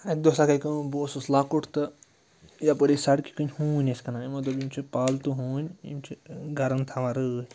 اَکہِ دۄہ ہَسا گٔے کٲم بہٕ اوسُس لۄکُٹ تہٕ یَپٲرۍ ٲسۍ سَڑکہِ کِنۍ ہوٗنۍ ٲسۍ کٕنان یِمو دوٚپ یِم چھِ پالتو ہوٗنۍ یِم چھِ گَرَن تھاوان رٲچھۍ